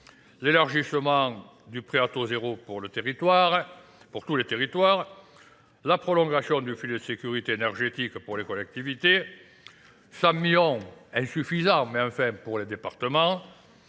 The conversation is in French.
l'élargissement du prêt à taux zéro pour tous les territoires, la prolongation du fil de sécurité énergétique pour les collectivités, 100 millions insuffisants mais enfin pour les départements,